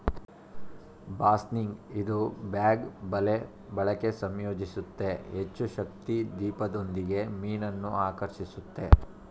ಬಾಸ್ನಿಗ್ ಇದು ಬ್ಯಾಗ್ ಬಲೆ ಬಳಕೆ ಸಂಯೋಜಿಸುತ್ತೆ ಹೆಚ್ಚುಶಕ್ತಿ ದೀಪದೊಂದಿಗೆ ಮೀನನ್ನು ಆಕರ್ಷಿಸುತ್ತೆ